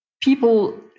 people